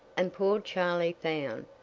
and poor charley found,